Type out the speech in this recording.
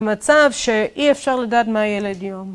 מצב שאי אפשר לדעת מה ילד יום.